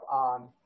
on